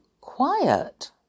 quiet